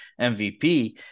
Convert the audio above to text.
MVP